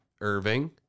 Irving